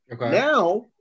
Now